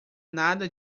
nada